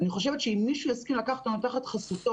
אני חושבת שאם מישהו יסכים לקחת אותנו תחת חסותו